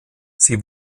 sie